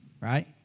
right